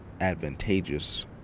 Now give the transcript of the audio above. advantageous